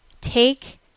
take